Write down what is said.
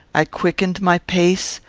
i quickened my pace,